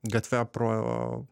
gatve pro